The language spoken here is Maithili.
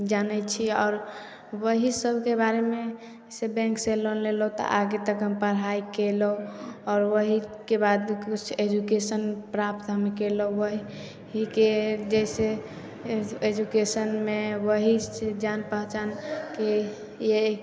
जानै छी आओर ओहि सबके बारेमे से बैंक से लोन लेलहुॅं तऽ आगे तक हम पढ़ाइ केलहुॅं आओर ओहिके बाद किछु एजुकेशन प्राप्त हम केलहुॅं हीकै जाहिसऽ एजुकेशनमे ओहि जान पहचानके ये